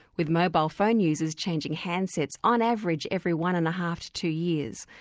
with mobile phone users changing handsets on average every one-and-a-half to two years.